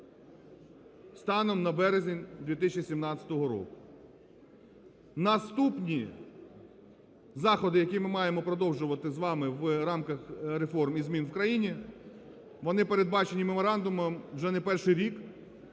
станом на березень 2017 року. Наступні заходи, які ми маємо продовжувати з вами в рамках реформ і змін в країні, вони передбачені меморандумом вже не перший рік.